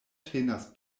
tenas